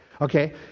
Okay